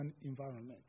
environment